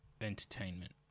entertainment